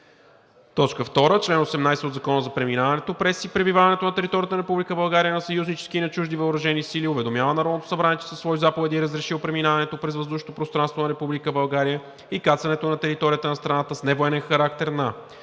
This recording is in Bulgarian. II. Чл. 18 от Закона за преминаването през и пребиваването на територията на Република България на съюзнически и на чужди въоръжени сили уведомява Народното събрание, че със свои заповеди е разрешил преминаването през въздушното пространство на Република България и кацането на територията на страната с невоенен характер на: